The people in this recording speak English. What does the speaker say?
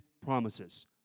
promises